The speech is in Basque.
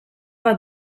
bat